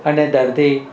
અને દર્દી